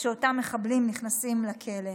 כשאותם מחבלים נכנסים לכלא.